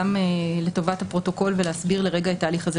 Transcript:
גם לטובת הפרוטוקול ולהסביר לרגע את ההליך הזה.